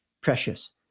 precious